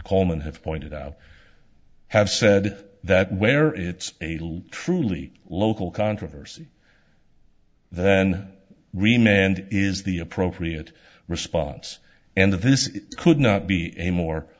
coleman have pointed out have said that where it's a little truly local controversy then remained is the appropriate response and this is could not be a more